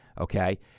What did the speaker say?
okay